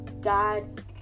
God